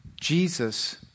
Jesus